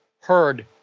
heard